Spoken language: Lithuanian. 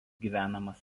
gyvenamas